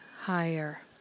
higher